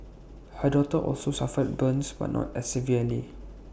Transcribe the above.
her daughter also suffered burns but not as severely